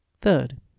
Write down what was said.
Third